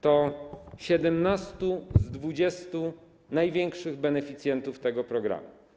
To 17 z 20 największych beneficjentów tego programu.